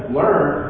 learn